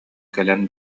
кэлэн